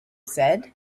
said